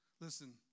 Listen